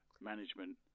management